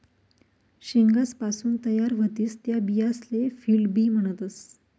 शेंगासपासून तयार व्हतीस त्या बियासले फील्ड बी म्हणतस